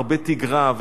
הרבה תגרה,